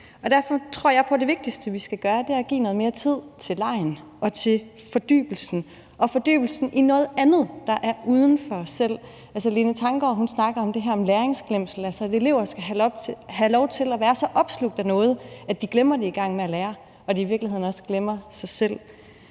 Derfor tror jeg på, at det vigtigste, vi skal gøre, er at give noget mere tid til legen og til fordybelsen – fordybelsen i noget, der er uden for os selv. Lene Tanggaard snakker om det her med læringsglemsel, altså at elever skal have lov til at være så opslugt af noget, at de glemmer, at de er i gang med at lære, og at de i virkeligheden også glemmer sig selv.